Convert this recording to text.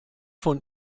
von